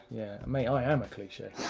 me i am a cliche.